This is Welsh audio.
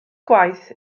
gwaith